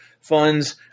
funds